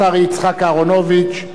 השר יצחק אהרונוביץ.